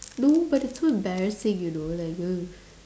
no but it's so embarrassing you know like ugh